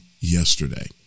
yesterday